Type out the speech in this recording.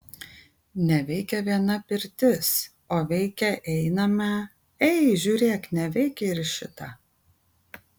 neveikia viena pirtis o veikia einame ei žiūrėk neveikia ir šita